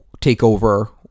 TakeOver